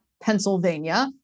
Pennsylvania